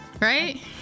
Right